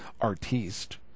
artiste